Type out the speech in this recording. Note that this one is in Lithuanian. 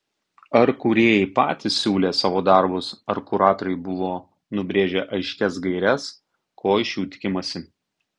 ar kūrėjai patys siūlė savo darbus ar kuratoriai buvo nubrėžę aiškias gaires ko iš jų tikimasi